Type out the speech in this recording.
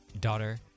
daughter